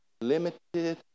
limited